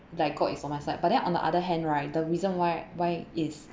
like god is on my side but then on the other hand right the reason why why is